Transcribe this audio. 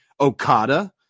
okada